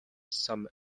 some